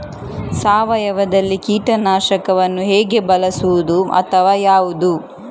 ಸಾವಯವದಲ್ಲಿ ಕೀಟನಾಶಕವನ್ನು ಹೇಗೆ ಬಳಸುವುದು ಅಥವಾ ಯಾವುದು?